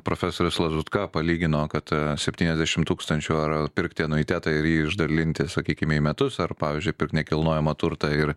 profesorius lazutka palygino kad septyniasdešimt tūkstančių ar ar pirkti anuitetą ir jį išdalinti sakykime į metus ar pavyzdžiui pirkti nekilnojamą turtą ir